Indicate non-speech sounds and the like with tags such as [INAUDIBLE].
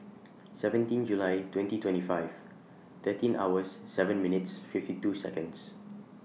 [NOISE] seventeen July twenty twenty five thirteen hours seven minutes fifty two Seconds